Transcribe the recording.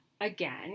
again